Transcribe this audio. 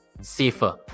Safer